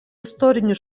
istorinių